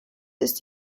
ist